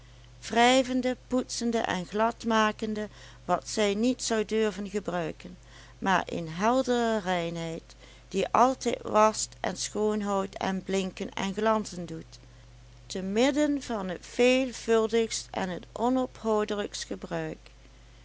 wrijvende poetsende en gladmakende wat zij niet zou durven gebruiken maar een heldere reinheid die altijd wascht en schoonhoudt en blinken en glanzen doet temidden van het veelvuldigst het onophoudelijkst